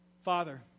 Father